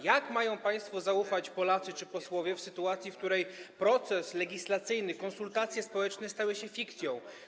Jak mają państwu zaufać Polacy czy posłowie w sytuacji, w której proces legislacyjny, konsultacje społeczne stały się fikcją?